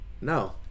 No